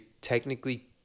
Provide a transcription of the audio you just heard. technically